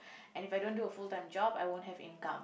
and if I don't do a full-time job I won't have income